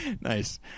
Nice